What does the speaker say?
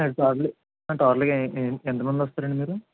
total టోటల్గా ఎంతమంది వస్తారండీ మీరు